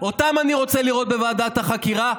אותם אני רוצה לראות בוועדת החקירה,